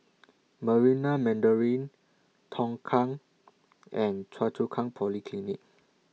Marina Mandarin Tongkang and Choa Chu Kang Polyclinic